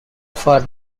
for